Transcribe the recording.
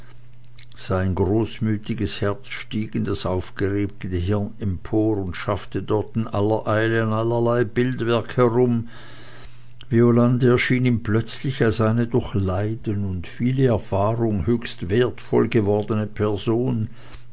sein großmütiges herz stieg in das aufgeregte hirn empor und schaffte dort in aller eile an allerlei bildwerk herum violande erschien ihm plötzlich als eine durch leiden und viele erfahrung höchst wertvoll gewordene person